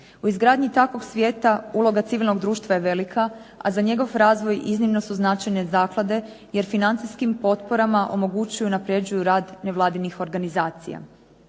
U izgradnji takvog svijeta uloga civilnog društva je velika, a za njegov razvoj iznimno su značajne zaklade jer financijskim potporama omogućuju i unapređuju rad nevladinih organizacija.